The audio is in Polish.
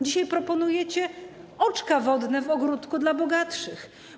Dzisiaj proponujecie oczka wodne w ogródku dla bogatszych.